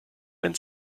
wenn